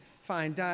fine